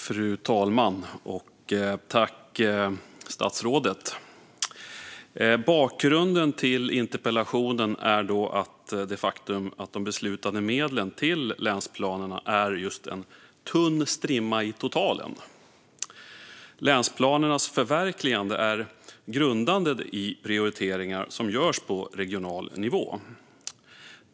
Fru talman! Bakgrunden till interpellationen är det faktum att de beslutade medlen till länsplanerna är en tunn strimma i totalen. Länsplanernas förverkligande är grundade i prioriteringar som görs på regional nivå.